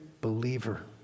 believer